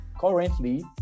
currently